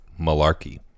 malarkey